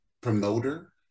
promoter